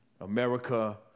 America